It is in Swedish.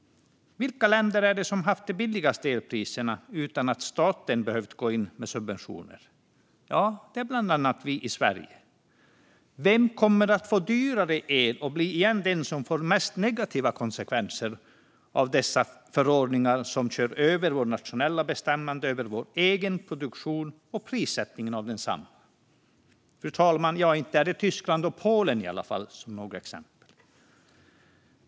Vilka länder är det som har haft de billigaste elpriserna utan att staten har behövt gå in med subventioner? Ja, det är bland annat Sverige. Vilket land kommer att få dyrare el och igen bli det som får mest negativa konsekvenser av dessa förordningar som kör över vårt nationella bestämmande över vår egen produktion och prissättningen av densamma? Ja, inte är det i varje fall Tyskland och Polen, som några exempel, fru talman.